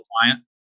client